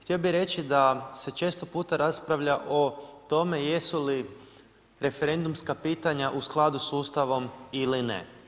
Htio bi reći da se često puta raspravlja o tome jesu li referendumska pitanja u skladu s Ustavom ili ne.